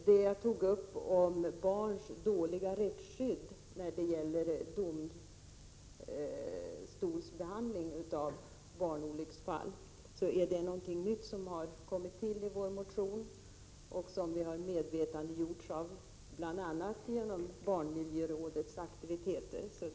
Det jag tog upp om barns dåliga rättsskydd i domstolarnas behandling av barnolycksfall är något nytt som har kommit till i vår motion. Vi har blivit medvetna om det bl.a. genom barnmiljörådets aktiviteter.